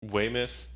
Weymouth